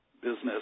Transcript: business